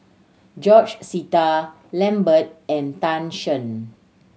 George Sita Lambert and Tan Shen